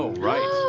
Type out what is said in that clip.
ah right!